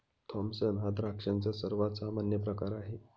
Thompson हा द्राक्षांचा सर्वात सामान्य प्रकार आहे